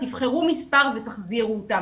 תבחרו מספר ותחזירו אותם,